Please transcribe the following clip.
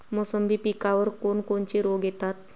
मोसंबी पिकावर कोन कोनचे रोग येतात?